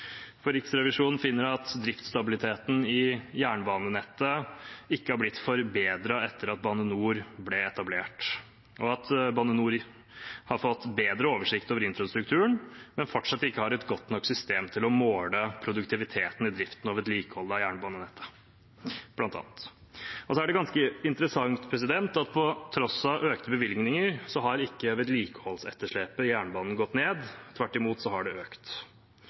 Riksrevisjonen finner at driftsstabiliteten i jernbanenettet ikke har blitt forbedret etter at Bane NOR ble etablert. Bane NOR har fått bedre oversikt over infrastrukturen, men har fortsatt ikke et godt nok system til å måle produktiviteten i driften og vedlikeholdet av jernbanenettet bl.a. Og så er det ganske interessant at på tross av økte bevilgninger, har ikke vedlikeholdsetterslepet ved jernbanen gått ned – tvert imot har det økt.